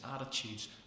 attitudes